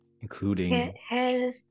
Including